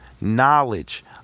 knowledge